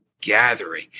gathering